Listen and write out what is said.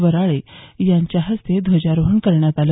वराळे यांच्या हस्ते ध्वजारोहण करण्यात आले